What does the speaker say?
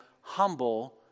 humble